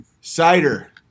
cider